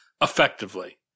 effectively